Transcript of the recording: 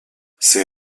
ses